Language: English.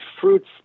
fruits